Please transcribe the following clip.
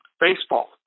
baseball